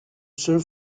sir